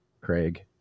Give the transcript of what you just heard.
craig